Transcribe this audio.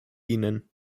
ihnen